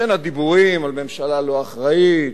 לכן, הדיבורים על ממשלה לא אחראית,